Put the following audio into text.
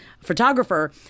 photographer